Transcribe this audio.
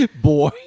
Boy